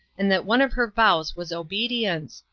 and that one of her vows was obedience,